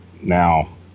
Now